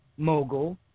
Mogul